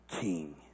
king